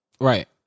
Right